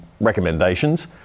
recommendations